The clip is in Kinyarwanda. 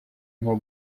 nko